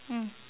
mm